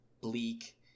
bleak